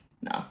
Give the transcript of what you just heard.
No